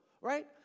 right